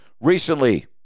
Recently